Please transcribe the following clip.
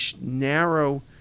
narrow